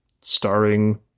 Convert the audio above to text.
starring